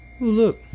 look